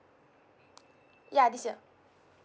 ya this year